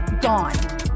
gone